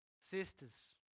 sisters